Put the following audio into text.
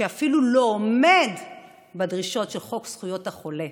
שאפילו לא עומד בדרישות של חוק זכויות החולה.